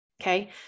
Okay